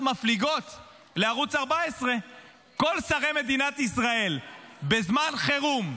מפליגות לערוץ 14. כל שרי מדינת ישראל בזמן חירום,